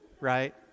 right